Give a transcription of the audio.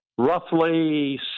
Roughly